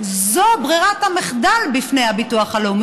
זאת ברירת המחדל בפני הביטוח הלאומי.